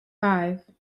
five